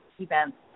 events